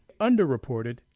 underreported